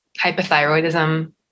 hypothyroidism